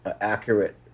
accurate